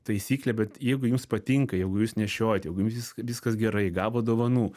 taisyklė bet jeigu jums patinka jeigu jūs nešiojat jeigu jums viskas gerai gavot dovanų